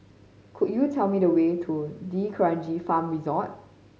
could you tell me the way to D'Kranji Farm Resort